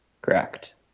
Correct